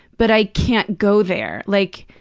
but i can't go there. like,